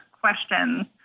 questions